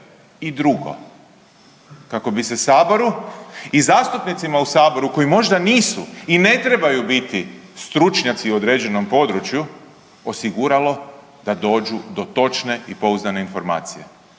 i drugo kako bi se Saboru i zastupnicima u Saboru koji možda nisu i ne trebaju biti stručnjaci u određenom području osiguralo da dođu do točne i pouzdane informacije.